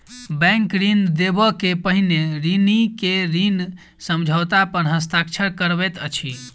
bank ऋण देबअ के पहिने ऋणी के ऋण समझौता पर हस्ताक्षर करबैत अछि